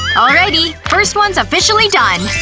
alrighty, first one's officially done!